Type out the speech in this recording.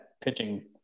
pitching